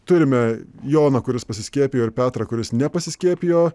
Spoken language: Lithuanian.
turime joną kuris pasiskiepijo ir petrą kuris nepasiskiepijo